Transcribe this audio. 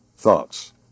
thoughts